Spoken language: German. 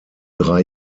drei